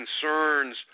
concerns